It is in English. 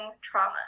trauma